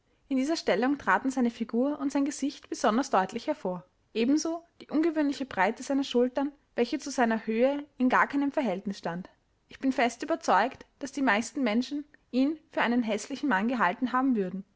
in dieser stellung traten seine figur und sein gesicht besonders deutlich hervor ebenso die ungewöhnliche breite seiner schultern welche zu seiner höhe in gar keinem verhältnis stand ich bin fest überzeugt daß die meisten menschen ihn für einen häßlichen mann gehalten haben würden